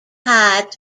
hides